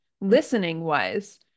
listening-wise